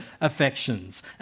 affections